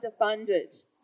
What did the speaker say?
underfunded